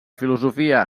filosofia